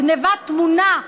גנבת תמונה,